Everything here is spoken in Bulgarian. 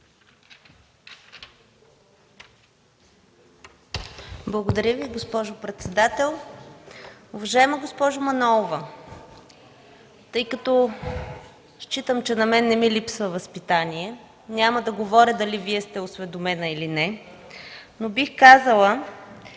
Благодаря Ви, госпожо председател.